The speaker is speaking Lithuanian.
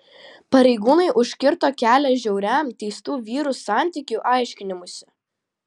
pareigūnai užkirto kelią žiauriam teistų vyrų santykių aiškinimuisi